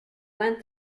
went